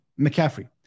McCaffrey